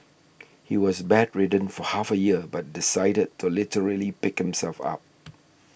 he was bedridden for half a year but decided to literally pick himself up